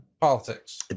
Politics